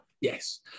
Yes